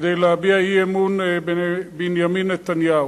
להביע אי-אמון בבנימין נתניהו.